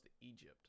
Egypt